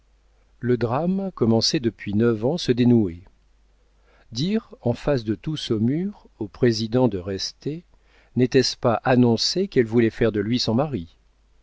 le drame commencé depuis neuf ans se dénouait dire en face de tout saumur au président de rester n'était-ce pas annoncer qu'elle voulait faire de lui son mari